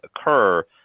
occur